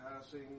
passing